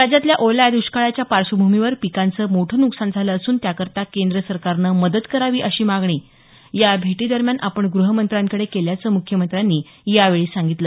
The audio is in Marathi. राज्यातील ओल्या दष्काळाच्या पार्श्वभूमीवर पिकांचं मोठं नुकसान झालं असून त्याकरता केंद्र सरकारनं मदत करावी अशी मागणी या भेटीदरम्यान आपण गृहमंत्र्यांकडे केल्याचं मुख्यमंत्र्यांनी यासंदर्भात सांगितलं